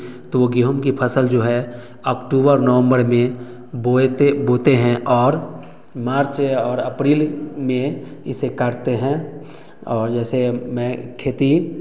तो गेहूँ की फ़सल जो है अक्टूबर नवंबर में बोए बोते हैं और मार्च और अप्रैल में इसे काटते हैं और जैसे मैं खेती